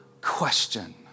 question